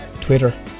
Twitter